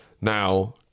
now